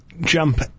jump